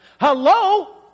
hello